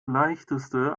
leichteste